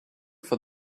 for